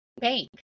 bank